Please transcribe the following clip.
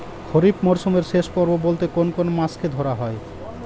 খরিপ মরসুমের শেষ পর্ব বলতে কোন কোন মাস কে ধরা হয়?